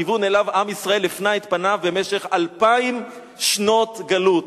לכיוון שאליו עם ישראל הפנה את פניו במשך אלפיים שנות גלות.